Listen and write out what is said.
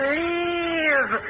leave